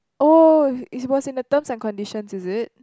oh it was in the terms and conditions is it